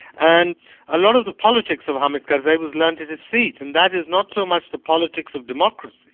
and a lot of the politics of hamid karzai was learnt at his feet, and that is not so much the politics of democracy,